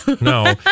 no